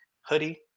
hoodie